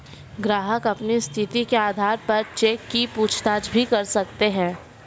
ग्राहक अपनी स्थिति के आधार पर चेक की पूछताछ भी कर सकते हैं